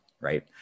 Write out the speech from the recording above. right